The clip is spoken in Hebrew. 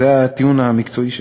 זה הטיעון המקצועי שלהם.